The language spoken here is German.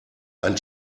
ein